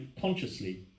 consciously